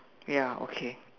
ya okay